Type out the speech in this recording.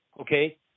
okay